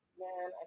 man